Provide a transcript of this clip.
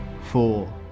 four